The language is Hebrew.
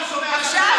עכשיו,